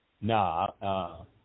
no